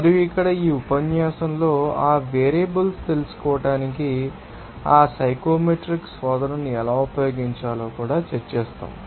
మరియు ఇక్కడ ఈ ఉపన్యాసంలో ఆ వేరియబుల్స్ తెలుసుకోవడానికి ఆ సైకోమెట్రిక్ శోధనను ఎలా ఉపయోగించాలో కూడా చర్చిస్తాము